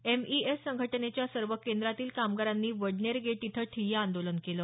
MES संघटनेच्या सर्व केंद्रातील कामगारांनी वडनेर गेट येथे ठिय्या आंदोलन केलं